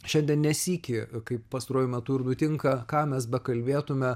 šiandien ne sykį kaip pastaruoju metu ir nutinka ką mes bekalbėtume